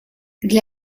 для